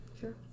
Sure